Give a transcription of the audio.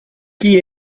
que